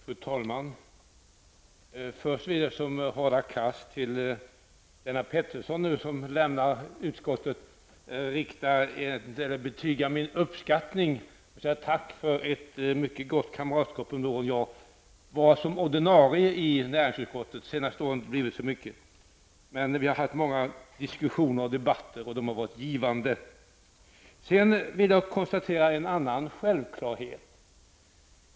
Fru talman! Jag vill -- som Hadar Cars -- till Lennart Pettersson, som nu lämnar utskottet, betyga min uppskattning. Jag vill säga tack för ett mycket gott kamratskap under åren. Jag var ordinarie i näringsutskottet, men de senaste åren var jag ändå inte mycket där. Vi har i alla fall haft många diskussioner och debatter och de har varit givande. Jag vill sedan konstatera en annan självklarhet.